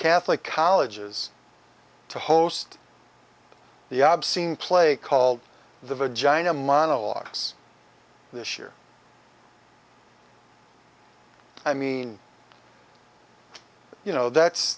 catholic colleges to host the obscene play called the vagina monologues this year i mean you know that's